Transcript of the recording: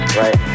right